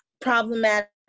problematic